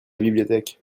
bibliothèque